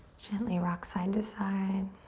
gently rock side to side,